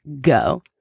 go